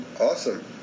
Awesome